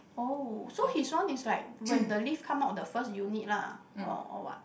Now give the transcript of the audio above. oh so his one is like when the lift come out the first unit lah or or what